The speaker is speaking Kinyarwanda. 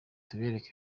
turebere